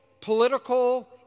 political